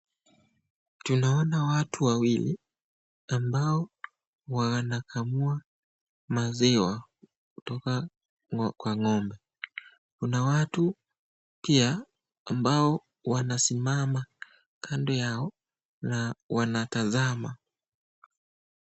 Tunaona watu wawili, ambao wanakamua maziwa ,kutoka kwa Ng'ombe . Kuna watu pia ambao wanasimama kando yao na wanatazama.